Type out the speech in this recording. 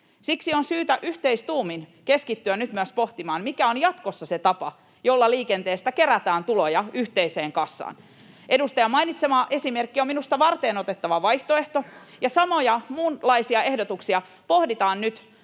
Siksi on syytä yhteistuumin keskittyä nyt myös pohtimaan, mikä on jatkossa se tapa, millä liikenteestä kerätään tuloja yhteiseen kassaan. Edustajan mainitsema esimerkki on minusta varteenotettava vaihtoehto, ja samoja, muunlaisia ehdotuksia pohditaan nyt